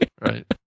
Right